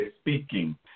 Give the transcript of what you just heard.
speaking